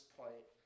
point